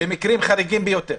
במקרים חריגים ביותר.